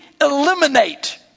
eliminate